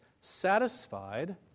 satisfied